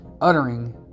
uttering